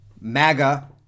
MAGA